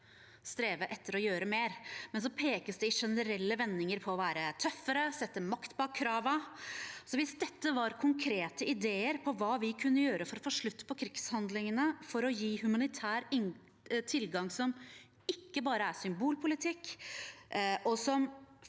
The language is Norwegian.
streve etter å gjøre mer, men så pekes det i generelle vendinger på å være tøffere og sette makt bak kravene. Konkrete ideer til hva vi kan gjøre for å få slutt på krigshandlingene, for å gi humanitær tilgang som ikke bare er symbolpolitikk, og som